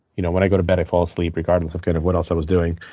you know when i go to bed, i fall asleep regardless of kind of what else i was doing.